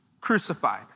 crucified